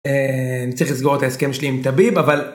צריך לסגור את ההסכם שלי עם טביב אבל.